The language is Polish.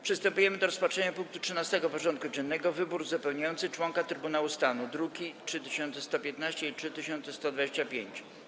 Przystępujemy do rozpatrzenia punktu 13. porządku dziennego: Wybór uzupełniający członka Trybunału Stanu (druki nr 3115 i 3125)